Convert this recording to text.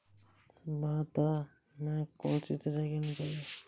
भाता में कौन सी सिंचाई करनी चाहिये?